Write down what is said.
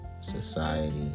society